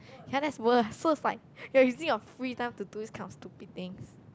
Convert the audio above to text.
ya that's worse so is like you're using your free time to do these kind of stupid things